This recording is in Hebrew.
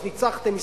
אז ניצחתם,